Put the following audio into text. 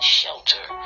shelter